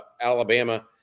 Alabama